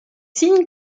signes